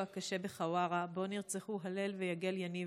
הקשה בחווארה שבו נרצחו הלל ויגל יניב,